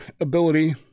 ability